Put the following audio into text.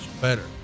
better